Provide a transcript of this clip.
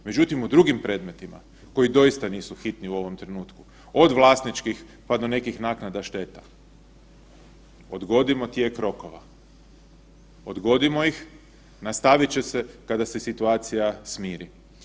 Međutim, u drugim predmetima koji doista nisu hitni u ovom trenutku, od vlasničkih, pa do nekih naknada šteta, odgodimo tijek rokova, odgodimo ih, nastavit će se kada se situacija smiri.